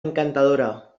encantadora